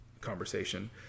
conversation